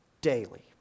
daily